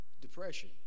depression